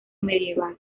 medieval